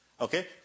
Okay